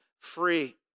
free